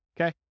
Okay